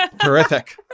terrific